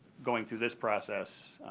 going through this process